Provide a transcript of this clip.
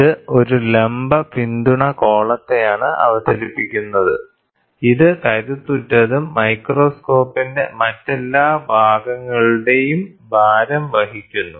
ഇത് ഒരു ലംബ പിന്തുണ കോളത്തെയാണ് അവതരിപ്പിക്കുന്നത് അത് കരുത്തുറ്റതും മൈക്രോസ്കോപ്പിന്റെ മറ്റെല്ലാ ഭാഗങ്ങളുടെയും ഭാരം വഹിക്കുന്നു